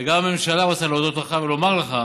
וגם הממשלה רוצה להודות לך ולומר לך